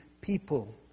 people